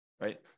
right